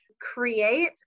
create